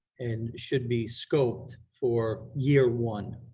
and should be scoped for year one.